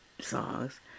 songs